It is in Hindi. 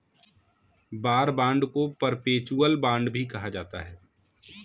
वॉर बांड को परपेचुअल बांड भी कहा जाता है